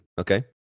okay